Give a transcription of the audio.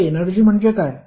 तर एनर्जी म्हणजे काय